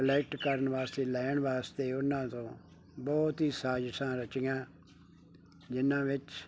collect ਕਰਨ ਵਾਸਤੇ ਲੈਣ ਵਾਸਤੇ ਉਹਨਾਂ ਤੋਂ ਬਹੁਤ ਹੀ ਸਾਜਿਸ਼ਾਂ ਰਚੀਆਂ ਜਿਹਨਾਂ ਵਿੱਚ